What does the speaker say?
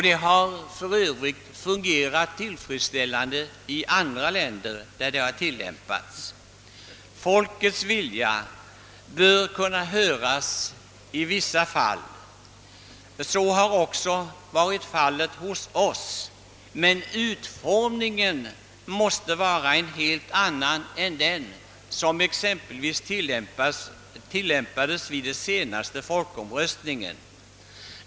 Det har för övrigt fungerat tillfredsställande i andra länder där det tillämpats. Åtgärder i syfte att fördjupa och stärka det svenska folkstyret Folket bör kunna höras i vissa fall. Så har också varit fallet hos oss, men utformningen måste vara en helt annan än den som exempelvis tillämpades vid den senaste folkomröstningen.